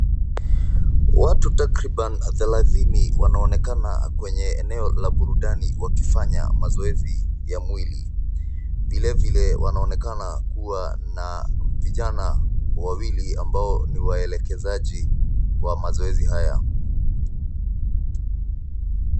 Watu takriban thelathini wanaonekana kwenye eneo la burudani wakifanya mazoezi ya mwili, vile vile wanaonekana kuwa na vijana wawili ambao ni waelekezaji wa mazoezi haya.